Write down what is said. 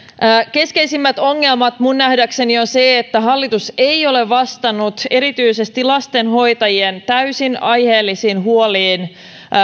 keskeisimmät ongelmat minun nähdäkseni ovat seuraavat hallitus ei ole vastannut erityisesti lastenhoitajien täysin aiheellisiin huoliin